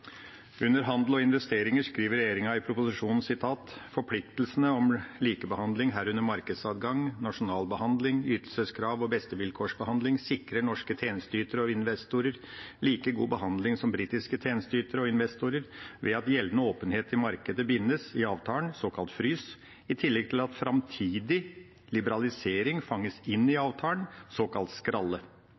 Under overskriften om handel og investeringer skriver regjeringa i proposisjonen: «Forpliktelsene om likebehandling, herunder markedsadgang, nasjonal behandling, ytelseskrav og bestevilkårsbehandling sikrer norske tjenesteytere og investorer like god behandling som britiske tjenesteytere og investorer ved at gjeldende åpenhet i markedet bindes i avtalen i tillegg til at fremtidig liberalisering fanges inn i avtalen